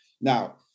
Now